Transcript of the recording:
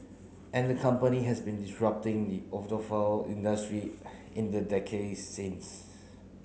and the company has been disrupting the industry in the decade since